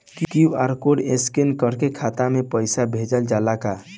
QR code scan करके खाता में पैसा भेजल जाला का?